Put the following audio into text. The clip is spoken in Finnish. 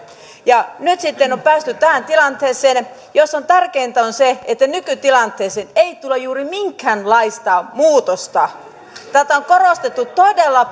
nyt sitten on päästy tähän tilanteeseen jossa tärkeintä on se että nykytilanteeseen ei tule juuri minkäänlaista muutosta tätä on korostettu todella